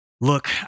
Look